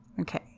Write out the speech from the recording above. Okay